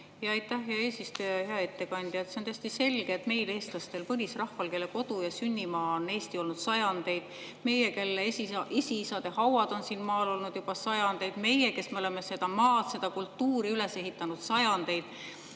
Aitäh, hea eesistuja! Hea ettekandja! See on täiesti selge, et meil, eestlastel, põlisrahval, kelle kodu- ja sünnimaa on Eesti olnud sajandeid, meil, kelle esiisade hauad on siin maal olnud juba sajandeid, meil, kes me oleme seda maad ja seda kultuuri üles ehitanud sajandeid,